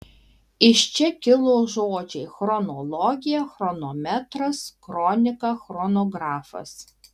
iš čia kilo žodžiai chronologija chronometras kronika chronografas